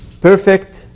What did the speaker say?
perfect